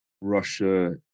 russia